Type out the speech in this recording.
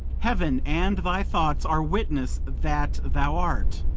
heaven and thy thoughts are witness that thou art.